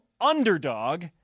underdog